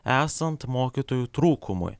esant mokytojų trūkumui